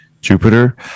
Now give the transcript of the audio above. jupiter